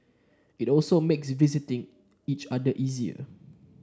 it also makes the visiting each other easier